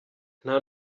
nta